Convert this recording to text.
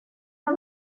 los